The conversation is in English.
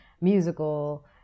musical